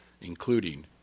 including